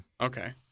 Okay